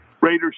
Raiders